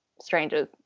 strangers